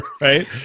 right